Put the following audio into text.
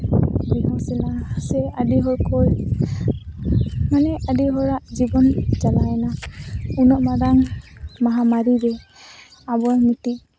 ᱵᱮᱦᱩᱸᱥᱮᱱᱟ ᱥᱮ ᱟᱹᱰᱤ ᱦᱚᱲ ᱠᱚ ᱢᱟᱱᱮ ᱟᱹᱰᱤ ᱦᱚᱲᱟᱜ ᱡᱚᱛᱚ ᱜᱮ ᱪᱟᱞᱟᱣᱮᱱᱟ ᱩᱱᱟᱹᱜ ᱢᱟᱨᱟᱝ ᱢᱚᱦᱟᱢᱟᱹᱨᱤ ᱨᱮ ᱟᱵᱚ ᱢᱤᱫᱴᱤᱡ